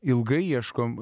ilgai ieškome